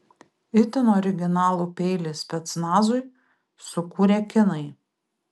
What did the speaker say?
itin originalų peilį specnazui sukūrė kinai